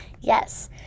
Yes